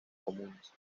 comunes